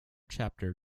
chapter